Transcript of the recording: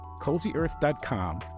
CozyEarth.com